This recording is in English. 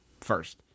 first